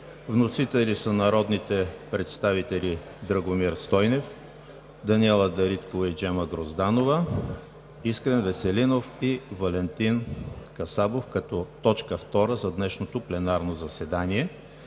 вносители са народните представители Драгомир Стойнев, Даниела Дариткова, Джема Грозданова, Искрен Веселинов и Валентин Касабов, като точка втора за днешното пленарно заседание.